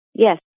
Yes